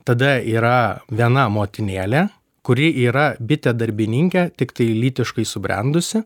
tada yra viena motinėlė kuri yra bitė darbininkė tiktai lytiškai subrendusi